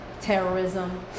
terrorism